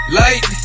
light